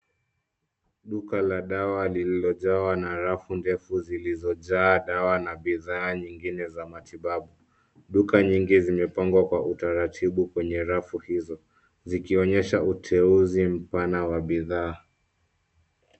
Duka la dawa lililojawa rafu ndefu zilizojaa dawa na bidhaa nyingine za matibabu. Duka nyingi zimepangwa kwa utaratibu kwenye rafu hizo zikionyesha uteuzi mpana wa bidhaa.